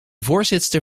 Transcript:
voorzitster